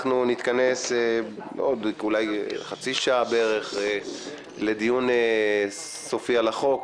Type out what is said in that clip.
אנחנו נתכנס אולי בעוד חצי שעה בערך לדיון סופי על החוק,